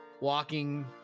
walking